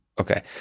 Okay